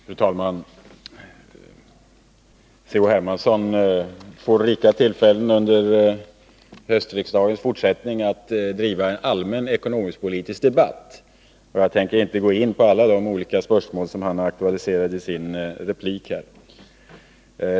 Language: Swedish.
Fru talman! C.-H. Hermansson får under höstens fortsatta riksdagsarbete rika tillfällen att föra en allmän ekonomisk-politisk debatt. Jag tänker inte gå in på alla de olika spörsmål som han aktualiserade i sitt anförande.